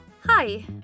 Hi